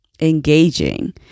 engaging